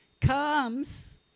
comes